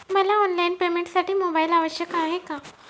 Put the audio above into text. मला ऑनलाईन पेमेंटसाठी मोबाईल आवश्यक आहे का?